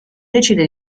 decide